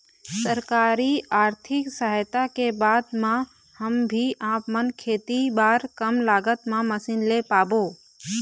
सरकारी आरथिक सहायता के बाद मा हम भी आपमन खेती बार कम लागत मा मशीन ले पाबो?